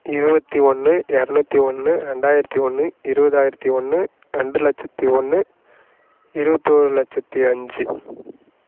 இருபத்தி ஒன்று இரநூத்தி ஒன்று ரெண்டாயிரத்தி ஒன்று இருபதாயிரத்தி ஒன்று ரெண்டு லட்சத்தி ஒன்று இருபத்தொரு லட்சத்தி அஞ்சு